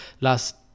last